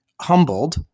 humbled